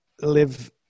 live